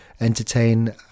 entertain